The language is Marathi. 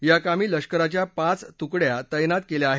या कामी लष्कराच्या पाच तुकड्या तैनात केल्या आहेत